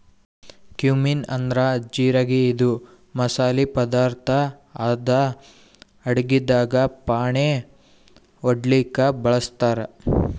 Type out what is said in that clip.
cumin ಅಂದ್ರ ಜಿರಗಿ ಇದು ಮಸಾಲಿ ಪದಾರ್ಥ್ ಅದಾ ಅಡಗಿದಾಗ್ ಫಾಣೆ ಹೊಡ್ಲಿಕ್ ಬಳಸ್ತಾರ್